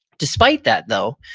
despite that though,